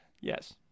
Yes